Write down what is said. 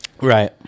Right